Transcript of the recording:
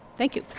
thank you.